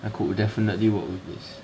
I could definitely work with